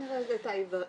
כנראה הייתה אי הבנה בנושא.